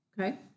Okay